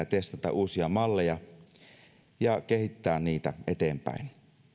testata uusia malleja ja kehittää niitä eteenpäin